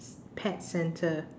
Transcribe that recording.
pet centre